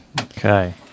Okay